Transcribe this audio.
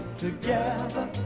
together